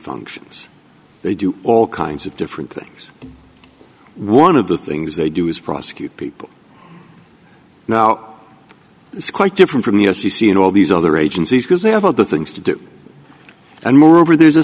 functions they do all kinds of different things one of the things they do is prosecute people now it's quite different from the i c c and all these other agencies because they have other things to do and moreover there's a